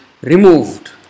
removed